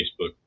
Facebook